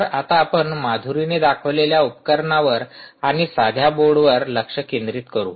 तर आता आपण माधुरीने दाखवलेल्या उपकरणांवर आणि साध्या बोर्डवर लक्ष केंद्रित करू